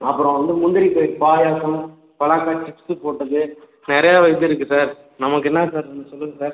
அப்புறம் வந்து முந்திரி பருப்பு பாயசம் பரோட்டா பிச்சி போட்டது நிறையா வெரைட்டி இருக்கு சார் நமக்கு என்ன சார் வேணும் சொல்லுங்கள் சார்